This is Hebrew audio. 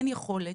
אין יכולת,